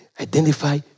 Identify